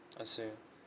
I see